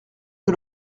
que